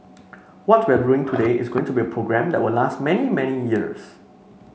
what we're doing today is going to be a program that will last many many years